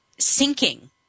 Sinking